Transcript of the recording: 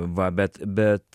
va bet bet